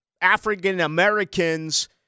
African-Americans